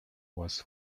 was